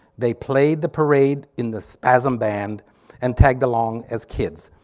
they played the parade in the spasm band and tagged along as kids.